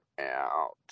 out